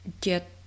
get